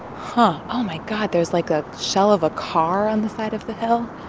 and oh, my god. there's like a shell of a car on the side of the hill.